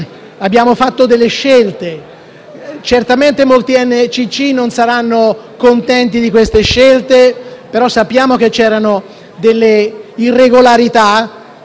abbiamo fatto delle scelte, certamente molti NCC non ne saranno contenti, ma sappiamo che c'erano delle irregolarità